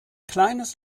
kleines